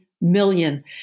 million